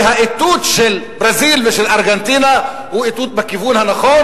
האיתות של ברזיל ושל ארגנטינה הוא איתות בכיוון הנכון.